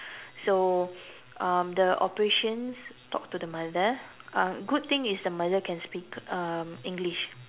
so um the operations talked to the mother um good thing is the mother can speak um English